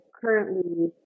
currently